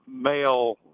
male